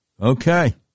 Okay